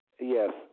Yes